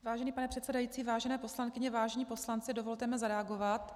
Vážený pane předsedající, vážené poslankyně, vážení poslanci, dovolte mi zareagovat.